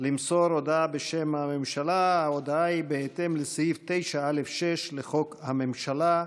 למסור הודעה בשם הממשלה בהתאם לסעיף 9(א)(6) לחוק הממשלה,